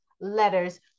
letters